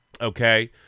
okay